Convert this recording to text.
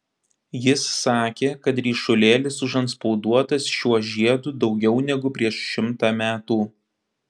jis sakė kad ryšulėlis užantspauduotas šiuo žiedu daugiau negu prieš šimtą metų